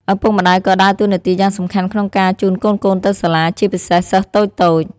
ឪពុកម្តាយក៏ដើរតួនាទីយ៉ាងសំខាន់ក្នុងការជូនកូនៗទៅសាលា ជាពិសេសសិស្សតូចៗ។